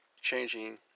changing